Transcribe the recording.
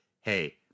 hey